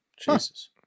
Jesus